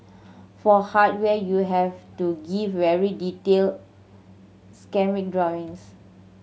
for hardware you have to give very detailed schematic drawings